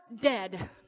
dead